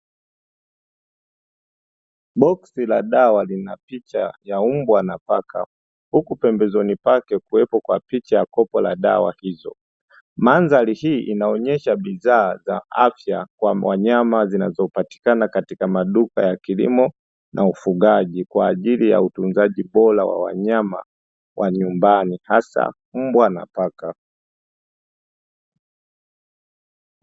Boksi la dawa lina picha ya mbwa na paka huku pembezoni pake kuwepo kwa picha ya kopo la dawa hizo. Mandhari hii inaonyesha bidhaa za afya kwa wanyama zinazopatikana katika maduka ya kilimo na ufugaji, kwa ajili ya utunzaji bora wa wanyama wa nyumbani hasa mbwa na paka.